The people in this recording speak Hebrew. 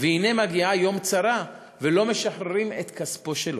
והנה מגיע יום צרה, ולא משחררים את כספו שלו.